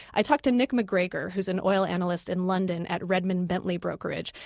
i talked to nick mcgregor who is an oil analyst in london at redmayne-bentley brokerage.